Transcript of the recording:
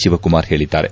ಶಿವಕುಮಾರ್ ಹೇಳಿದ್ದಾರೆ